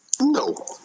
No